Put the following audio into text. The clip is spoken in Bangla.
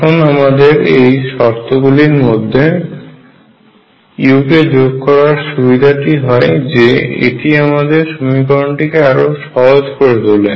এখন আমাদের এই শর্ত গুলির মধ্যে u কে যোগ করার সুবিধাটি হয় যে এটি আমাদের সমীকরণটিকে আরও সহজ করে তোলে